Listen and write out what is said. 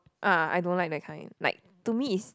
ah I don't like that kind like to me is